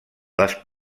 les